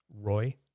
Roy